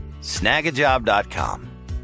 snagajob.com